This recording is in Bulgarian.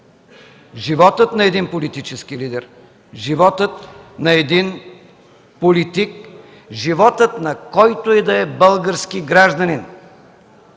Животът на един политически лидер, животът на един политик, животът на който и да е български гражданин